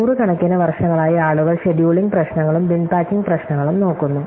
നൂറുകണക്കിനു വർഷങ്ങളായി ആളുകൾ ഷെഡ്യൂളിംഗ് പ്രശ്നങ്ങളും ബിൻ പാക്കിംഗ് പ്രശ്നങ്ങളും നോക്കുന്നു